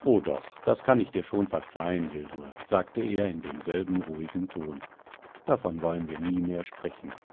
o doch das kann ich dir schon verzeihen hildur sagte er in demselben ruhigen ton davon wollen wir nie mehr sprechen